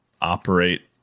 operate